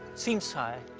seems high.